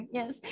Yes